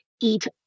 eat